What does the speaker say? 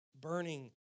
burning